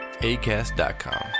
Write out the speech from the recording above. ACAST.com